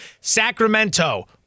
Sacramento